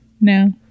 No